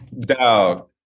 Dog